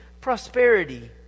prosperity